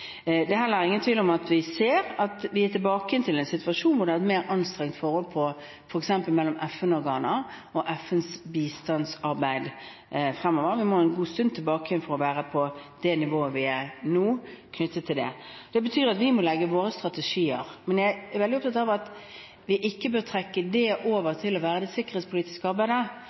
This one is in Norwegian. Det er heller ingen tvil om at vi ser at vi er tilbake i en situasjon hvor det er et mer anstrengt forhold f.eks. mellom FN-organer og FNs bistandsarbeid. Vi må en god stund tilbake for å være på det nivået som vi er på nå, knyttet til det. Det betyr at vi må legge våre strategier. Men jeg er veldig opptatt av at vi ikke bør trekke det over til å være det sikkerhetspolitiske